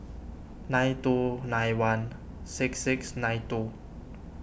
nine two nine one six six nine two